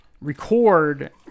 record